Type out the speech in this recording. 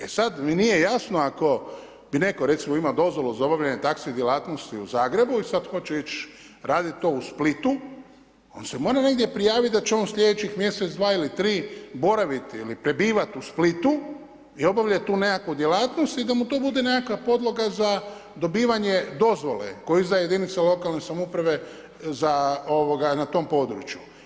E sada mi nije jasno ako bi netko recimo, ima dozvolu za obavljanje taxi djelatnosti u Zagrebu i sada hoće ići raditi to u Splitu, on se mora negdje prijaviti da će on sljedećih mjesec dva ili tri boraviti ili prebivati u Splitu i obavljati tu nekakvu djelatno i da mu to bude nekakva podloga za dobivanje dozvole koju izdaje jedinica lokalne samouprave na tom području.